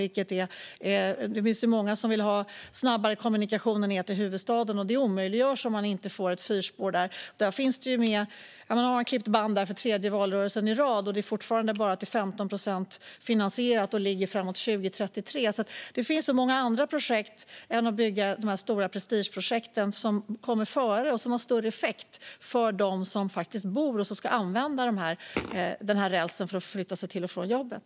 Det finns många som vill ha snabbare kommunikationer ned till huvudstaden, och det omöjliggörs om man inte får fyrspår där. Man har nu klippt band där för tredje valrörelsen i rad, men det är fortfarande bara till 15 procent finansierat och ligger fram emot 2033. Det finns så många andra projekt att bygga som kommer före de stora prestigeprojekten och har större effekt för dem som bor vid och ska använda den här rälsen för att förflytta sig till och från jobbet.